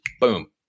boom